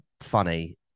funny